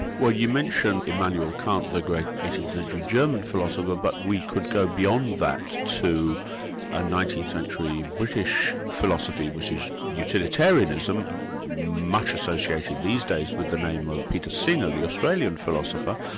well you mention immanuel kant the great eighteenth century german philosopher, but we could go beyond that to a nineteenth century british philosophy, which is utilitarianism, much associated these days with the name of peter singer, the australian philosopher.